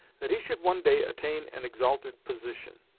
that he should one day attain an exalted position.